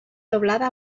doblada